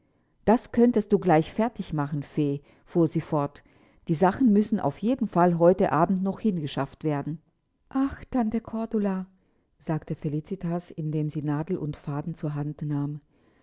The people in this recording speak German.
das könntest du gleich fertig machen fee fuhr sie fort die sachen müssen aus jeden fall heute abend noch hingeschafft werden ach tante cordula sagte felicitas indem sie nadeln und faden zur hand nahm